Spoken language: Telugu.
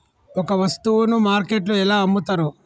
ఒక వస్తువును మార్కెట్లో ఎలా అమ్ముతరు?